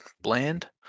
bland